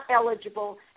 eligible